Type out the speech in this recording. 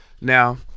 now